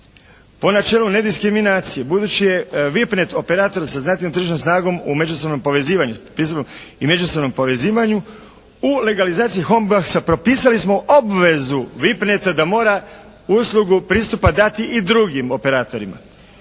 po načelu nediskriminacije budući je VIP net. operator s značajnom tržišnom snagom u međusobnom povezivanju i međusobnom povezivanju, u legalizaciji home boxa propisali smo obvezu VIP net.-a da mora uslugu pristupa dati i drugim operatorima.